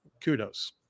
Kudos